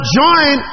join